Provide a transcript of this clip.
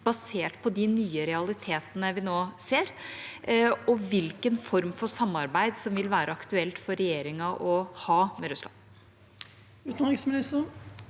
basert på de nye realitetene vi nå ser, og hvilken form for samarbeid som vil være aktuelt for regjeringa å ha med Russland.